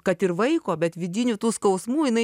kad ir vaiko bet vidinių tų skausmų jinai